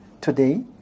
today